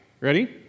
Ready